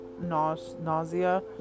nausea